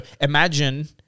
imagine